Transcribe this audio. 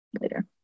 later